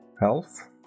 health